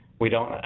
we don't